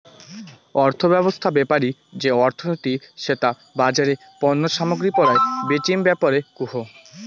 অর্থব্যবছস্থা বেপারি যে অর্থনীতি সেটা বাজারে পণ্য সামগ্রী পরায় বেচিম ব্যাপারে কুহ